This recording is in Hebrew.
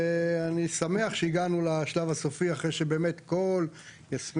ואני שמח שהגענו לשלב הסופי אחרי שבאמת יסמין